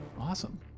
Awesome